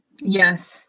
Yes